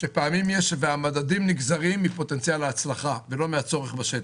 שפעמים יש והמדדים נגזרים מפוטנציאל ההצלחה ולא מהצורך בשטח.